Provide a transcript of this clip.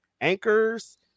anchors